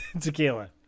Tequila